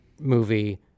movie